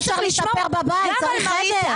אי אפשר להתאפר בבית, צריך חדר?